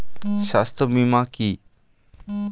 স্বাস্থ্য বীমা কি?